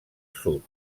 sud